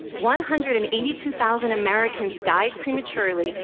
one hundred and eighty two thousand americans died prematurely,